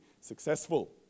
successful